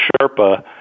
Sherpa